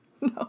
no